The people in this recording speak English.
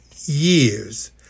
years